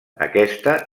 aquesta